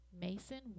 Mason